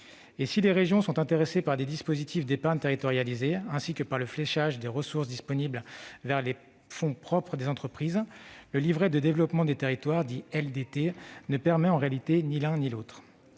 que les régions sont intéressées par des dispositifs d'épargne territorialisés ainsi que par le fléchage des ressources disponibles vers les fonds propres des entreprises, le livret de développement des territoires ne permet en réalité ni l'un ni l'autre.